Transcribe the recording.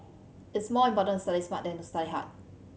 it's more important to study smart than to study hard